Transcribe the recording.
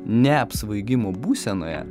ne apsvaigimo būsenoje